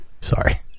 Sorry